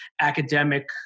academic